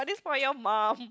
for your mom